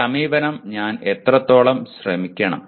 ഈ സമീപനം ഞാൻ എത്രത്തോളം ശ്രമിക്കണം